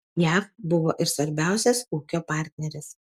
jav buvo ir svarbiausias ūkio partneris